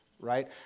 right